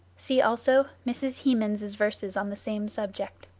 see also mrs. hemans's verses on the same subject.